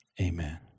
amen